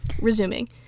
Resuming